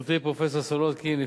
גברתי פרופסור סולודקין,